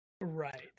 Right